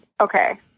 Okay